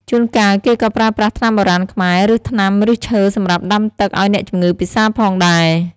ជួនកាល គេក៏ប្រើប្រាស់ថ្នាំបុរាណខ្មែរ ឬ ថ្នាំឫសឈើសម្រាប់ដាំទឹកឱ្យអ្នកជម្ងឺពិសាផងដែរ។